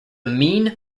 mean